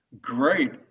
great